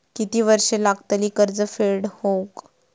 किती वर्षे लागतली कर्ज फेड होऊक?